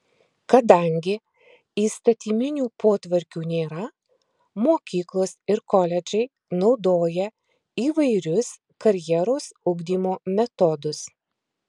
kadangi įstatyminių potvarkių nėra mokyklos ir koledžai naudoja įvairius karjeros ugdymo metodus